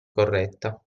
corretta